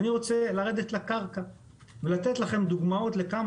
אני רוצה לרדת לקרקע ולתת לכם דוגמאות לכמה